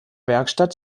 werkstatt